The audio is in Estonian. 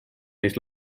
neis